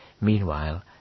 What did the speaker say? Meanwhile